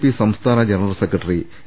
P സംസ്ഥാന general secretary A